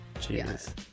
Jesus